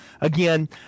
again